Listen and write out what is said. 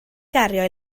gario